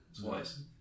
Twice